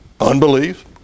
unbelief